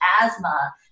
asthma